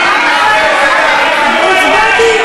מה הצבעת?